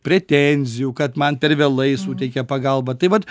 pretenzijų kad man per vėlai suteikė pagalbą tai vat